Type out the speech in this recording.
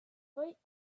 fight